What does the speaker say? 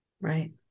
right